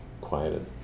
quieted